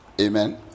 Amen